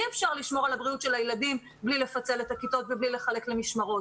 אי אפשר לשמור על בריאות הילדים בלי לפצל את הכיתות ולחלק למשמרות.